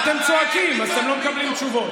למה, אתם צועקים אז אתם לא מקבלים תשובות.